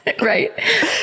right